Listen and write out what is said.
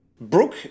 Brooke